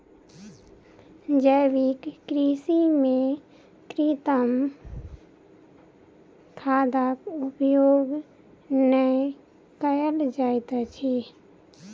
जैविक कृषि में कृत्रिम खादक उपयोग नै कयल जाइत अछि